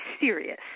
serious